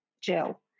gel